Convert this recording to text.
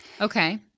Okay